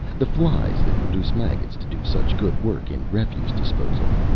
the flies that produce maggots to do such good work in refuse disposal.